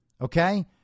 Okay